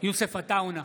יוסף עטאונה,